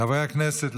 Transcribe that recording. חברי הכנסת,